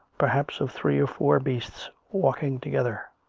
perhaps of three or four beasts, walking together.